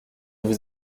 vous